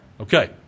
Okay